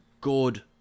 good